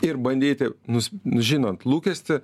ir bandyti nus žinant lūkestį